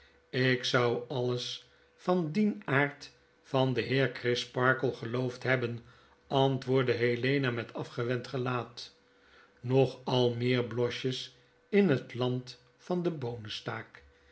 lk zou alles van dien aard van den heer orisparkle geloofd hebben antwoordde helena met afgewend gelaat nog al meer blosjes in het land van de